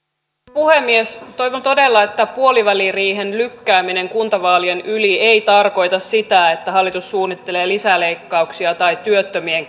puhemies toivon todella että puoliväliriihen lykkääminen kuntavaalien yli ei tarkoita sitä että hallitus suunnittelee lisäleikkauksia tai työttömien